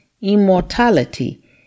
immortality